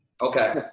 Okay